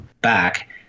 back